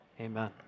amen